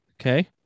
Okay